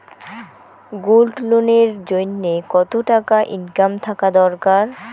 Gold loan এর জইন্যে কতো টাকা ইনকাম থাকা দরকার?